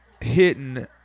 hitting